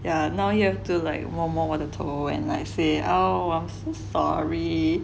yeah now you have to like 摸摸我的头 and like say oh I'm so sorry